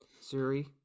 Siri